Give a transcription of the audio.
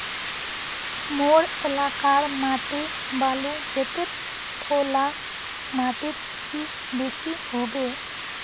मोर एलाकार माटी बालू जतेर ओ ला माटित की बेसी हबे?